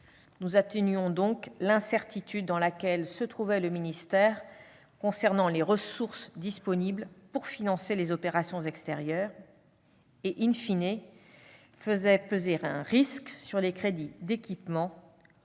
nous atténuons donc l'incertitude dans laquelle se trouvait le ministère concernant les ressources disponibles pour financer les opérations extérieures, qui,, faisait peser un risque sur les crédits d'équipement,